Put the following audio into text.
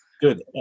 Good